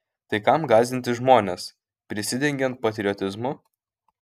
tai kam gąsdinti žmones prisidengiant patriotizmu